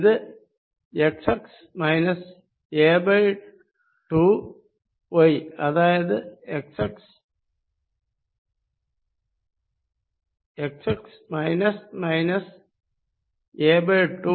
ഇത് xx a2y അതായത് xxa2y